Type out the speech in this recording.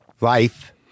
life